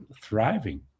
thriving